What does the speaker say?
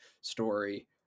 story